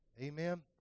Amen